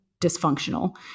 dysfunctional